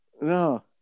No